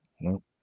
No